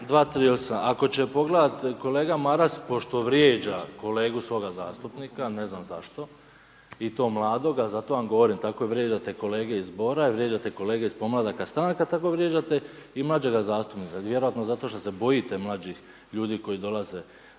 (HDZ)** 238. Ako će pogledati kolega Maras pošto vrijeđa kolegu svoga zastupnika, a ne znam zašto i to mladoga zato vam govorim tako vrijeđate kolege iz zbora, vrijeđate kolege iz podmladaka stranaka, tako vrijeđate i mlađega zastupnika vjerojatno zato što se bojite mlađih ljudi koji dolaze